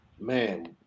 man